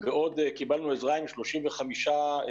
ועוד קיבלנו עזרה עם 35 מתגברים,